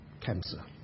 cancer